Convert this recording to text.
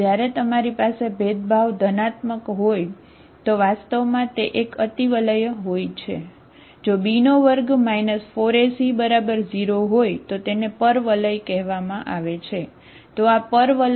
જો b2 4ac0 હોય તો તેને પરવલય છે બરાબર